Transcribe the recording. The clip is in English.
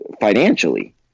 Financially